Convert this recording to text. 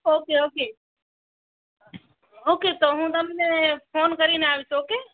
okay okay okay તો હું તમને ફોન કરીને આવીશ ઓકે